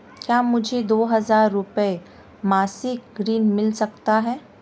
क्या मुझे दो हज़ार रुपये मासिक ऋण मिल सकता है?